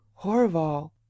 horval